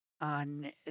on